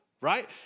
Right